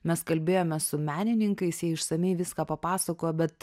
mes kalbėjome su menininkais jie išsamiai viską papasakojo bet